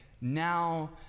now